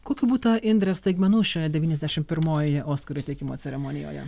kokių būta indre staigmenų šioje devyniasdešimt pirmojoje oskarų įteikimo ceremonijoje